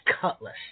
cutlass